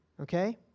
Okay